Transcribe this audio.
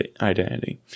identity